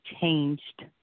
changed